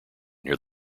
near